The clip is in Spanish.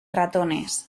ratones